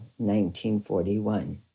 1941